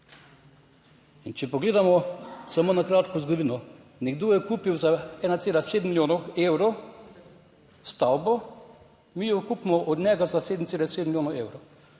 In če pogledamo samo na kratko zgodovino, nekdo je kupil za 1,7 milijonov evrov stavbo, mi jo kupimo od njega za 7,7 milijonov evrov.